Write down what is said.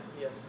Yes